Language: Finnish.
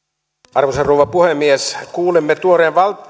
arvoisa rouva puhemies kuulimme tuoreen